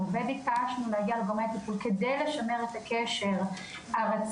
וביקשנו להגיע לגורמי הטיפול כדי לשמר את הקשר הרציף,